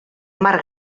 mar